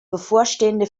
bevorstehende